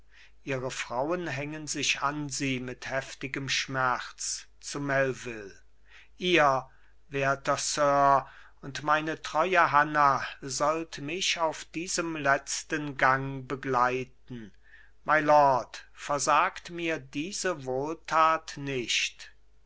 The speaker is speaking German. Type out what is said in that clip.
ihre frauen hängen sich an sie mit heftigem schmerz zu melvil ihr werter sir und meine treue hanna sollt mich auf diesem letzten gang begleiten mylord versagt mir diese wohltat nicht